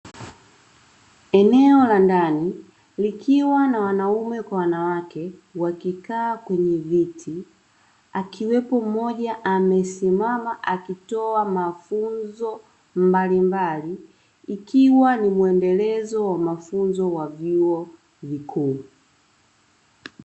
Eneo la ndani likiwa na wanaume kwa wanawake wakikaa kwenye viti akiwepo mmoja amesimama akitoa mafunzo mbalimbali ukiwa ni muendelezo wa mafunzo wa vyuo vikuu.